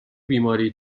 بیماری